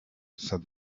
said